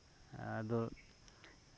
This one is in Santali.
ᱟᱫᱚ